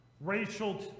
racial